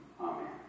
amen